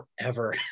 forever